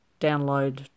download